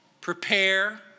Prepare